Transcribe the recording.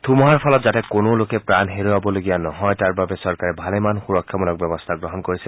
ধুমুহাৰ ফলত যাতে কোনো লোকে প্ৰাণ হেৰুৱাবলগীয়া নহয় তাৰ বাবে চৰকাৰে ভালেমান সুৰক্ষামূলক ব্যৱস্থা গ্ৰহণ কৰিছে